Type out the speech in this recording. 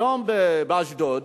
היום, באשדוד.